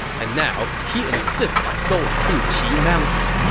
and now he insists on going through qi mountain.